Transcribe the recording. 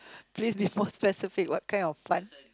please be more specific what kind of fun